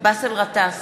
באסל גטאס,